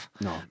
No